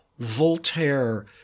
Voltaire